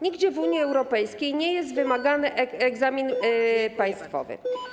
Nigdzie w Unii Europejskiej nie jest wymagany egzamin państwowy.